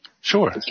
Sure